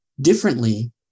differently